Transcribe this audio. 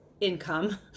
income